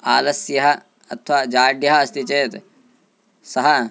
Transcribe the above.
आलस्य अथवा जाड्यः अस्ति चेत् सः